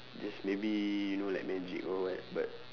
just maybe you know like magic or what but